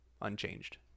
unchanged